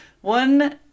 one